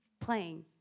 playing